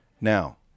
Now